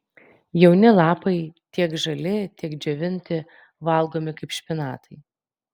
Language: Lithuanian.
jauni lapai tiek žali tiek džiovinti valgomi kaip špinatai